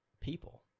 people